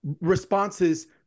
responses